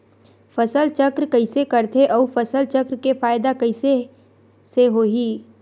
फसल चक्र कइसे करथे उ फसल चक्र के फ़ायदा कइसे से होही?